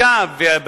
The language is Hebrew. פטור ממסים.